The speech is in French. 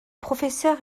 professeur